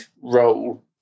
role